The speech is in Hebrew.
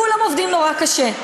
כולם עובדים נורא קשה,